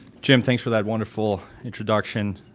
jim thanks for that wonderful introduction.